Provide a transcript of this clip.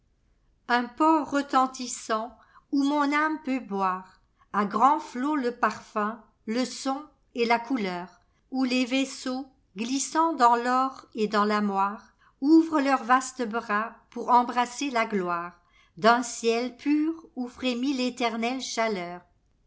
un port retentissant où mon âme peut boirea grands flots le parfum le son et la couleur où les vaisseaux glissant dans l'or et dans la moire ouvrent leurs vastes bras pour embrasser la gloired'un ciel pur où frémit téternelle chaleur